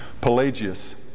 Pelagius